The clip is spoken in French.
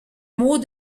mot